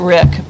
Rick